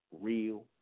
real